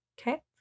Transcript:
Okay